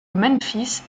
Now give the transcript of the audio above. memphis